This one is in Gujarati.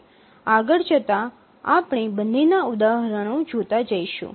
આગળ જતાં આપણે બંનેનાં ઉદાહરણો જોતા જઈશું